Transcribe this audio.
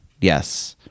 yes